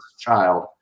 child